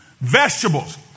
Vegetables